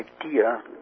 idea